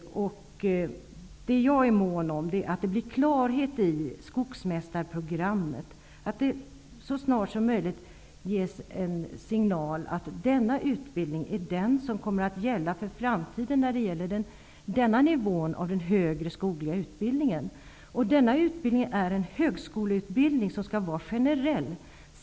Vad jag är mån om är att klarhet skapas om skogsmästarprogrammet. Så snart som möjligt måste det ges en signal om att denna utbildning är den utbildning som kommer att gälla för framtiden på den här nivån av den högre skogliga utbildningen. Denna utbildning är en högskoleutbildning som skall vara generell.